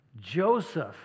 Joseph